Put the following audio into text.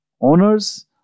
Owners